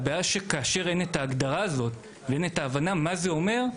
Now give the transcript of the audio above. כאשר אין את ההגדרה הזאת ואין את ההבנה מה זה אומר,